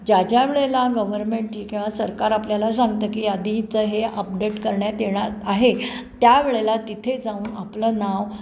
ज्या ज्यावेळेला गव्हर्मेंटची किंवा सरकार आपल्याला सांगतं की आधीचं हे अपडेट करण्यात येणार आहे त्यावेळेला तिथे जाऊन आपलं नाव